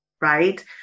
right